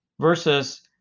versus